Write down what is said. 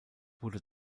wurde